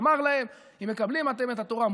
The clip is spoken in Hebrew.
אמר להם: אם מקבלים אתם את התורה,